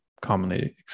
commonly